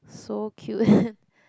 so cute